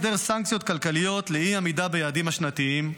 ההסדר כולל סנקציות כלכליות לאי-עמידה ביעדים השנתיים,